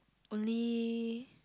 only